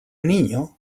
niño